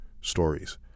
stories